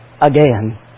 again